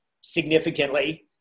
significantly